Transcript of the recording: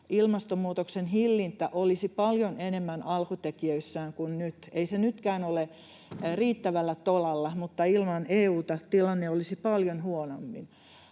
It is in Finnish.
ilmastonmuutoksen hillintä olisi paljon enemmän alkutekijöissään kuin nyt. Ei se nytkään ole riittävällä tolalla, mutta ilman EU:ta tilanne olisi paljon huonommin.